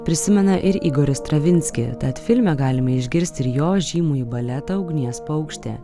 prisimena ir igorį stravinskį tad filme galime išgirsti ir jo žymųjį baletą ugnies paukštė